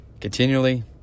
continually